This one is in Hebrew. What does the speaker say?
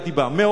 מעולם,